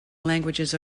languages